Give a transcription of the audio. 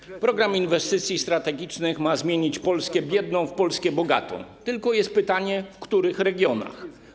Program inwestycji strategicznych ma zmienić Polskę biedną w Polskę bogatą, tylko jest pytanie, w których regionach.